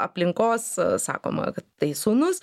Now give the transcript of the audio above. aplinkos sakoma kad tai sūnus